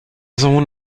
sohn